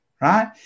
right